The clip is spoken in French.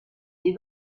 des